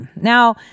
Now